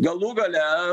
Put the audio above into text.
galų gale